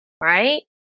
Right